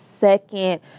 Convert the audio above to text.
second